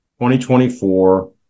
2024